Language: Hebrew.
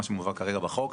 מה שמובא כרגע בחוק,